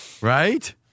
Right